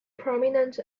prominent